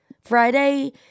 Friday